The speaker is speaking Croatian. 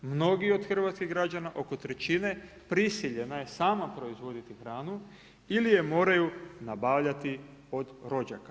Mnogi od hrvatskih građana, oko trećine, prisiljena je sama proizvoditi hranu ili je moraju nabavljati od rođaka.